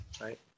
right